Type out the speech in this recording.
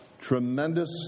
Tremendous